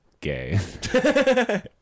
gay